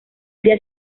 día